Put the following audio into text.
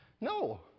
No